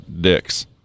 dicks